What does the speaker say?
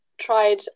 tried